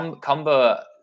Cumber